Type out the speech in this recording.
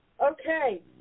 Okay